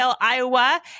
Iowa